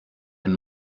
and